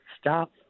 stop